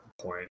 point